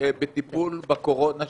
בטיפול בקורונה,